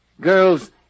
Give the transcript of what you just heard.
Girls